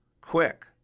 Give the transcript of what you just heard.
Quick